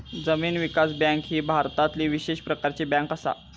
जमीन विकास बँक ही भारतातली विशेष प्रकारची बँक असा